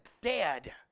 dead